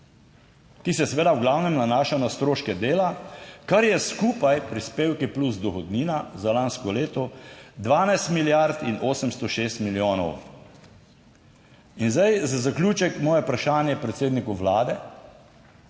ki se seveda v glavnem nanaša na stroške dela, kar je skupaj prispevki plus dohodnina za lansko leto 2012 milijard in 806 milijonov. In zdaj, za zaključek moje vprašanje predsedniku Vlade.